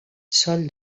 sol